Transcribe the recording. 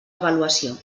avaluació